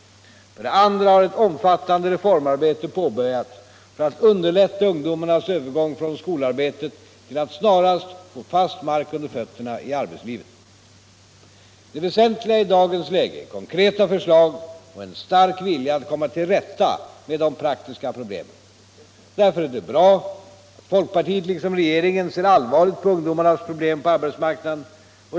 För det andra har ett omfattande reformarbete påbörjats för att underlätta ungdomarnas övergång från skolarbetet till att snarast få fast mark under fötterna i arbetslivet. Det väsentliga i dagens läge är konkreta förslag och en stark vilja att komma till rätta med de praktiska problemen. Därför är det bra att folkpartiet liksom regeringen ser allvarligt på ungdomarnas problem på arbetsmarknaden.